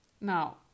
Now